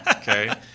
Okay